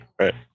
Right